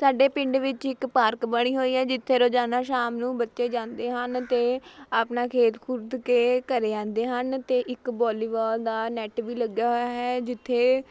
ਸਾਡੇ ਪਿੰਡ ਵਿੱਚ ਇੱਕ ਪਾਰਕ ਬਣੀ ਹੋਈ ਹੈ ਜਿੱਥੇ ਰੋਜ਼ਾਨਾ ਸ਼ਾਮ ਨੂੰ ਬੱਚੇ ਜਾਂਦੇ ਹਨ ਅਤੇ ਆਪਣਾ ਖੇਡ ਕੁੱਦ ਕੇ ਘਰੇ ਆਉਂਦੇ ਹਨ ਅਤੇ ਇੱਕ ਵਾਲੀਬਾਲ ਦਾ ਨੈੱਟ ਵੀ ਲੱਗਿਆ ਹੋਇਆ ਹੈ ਜਿੱਥੇ